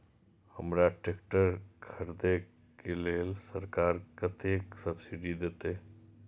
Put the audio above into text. हमरा ट्रैक्टर खरदे के लेल सरकार कतेक सब्सीडी देते?